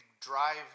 drive